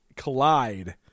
collide